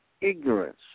ignorance